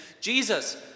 Jesus